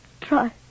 try